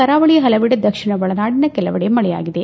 ಕರಾವಳಿಯ ಪಲವೆಡೆ ದಕ್ಷಿಣ ಒಳನಾಡಿನ ಕೆಲವೆಡೆ ಮಳೆಯಾಗಿದೆ